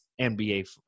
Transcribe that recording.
NBA